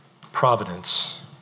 providence